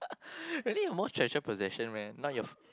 really your most treasured possession meh not your